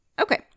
okay